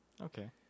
Okay